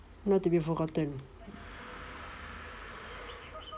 not to be forgotten